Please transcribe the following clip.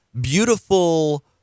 beautiful